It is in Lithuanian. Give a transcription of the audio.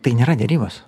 tai nėra derybos